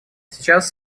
сейчас